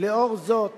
לאור זאת